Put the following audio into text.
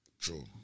True